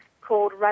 called